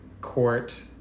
court